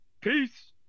Peace